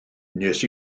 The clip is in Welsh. wnes